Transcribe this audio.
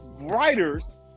writers